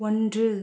ஒன்று